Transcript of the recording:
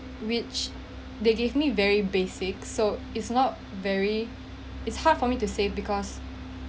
which they give me very basic so it's not very it's hard for me to save because